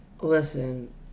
listen